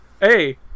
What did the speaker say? Hey